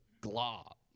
glob